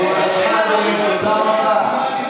אבו שחאדה, תודה רבה.